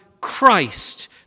Christ